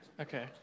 okay